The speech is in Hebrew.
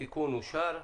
התיקון אושר.